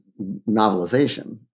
novelization